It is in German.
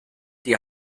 die